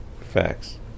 Facts